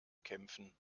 kämpfen